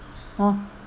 hor